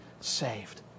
saved